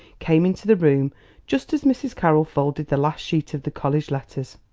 came into the room just as mrs. carroll folded the last sheet of the college letters.